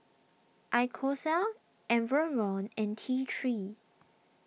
Isocal Enervon and T three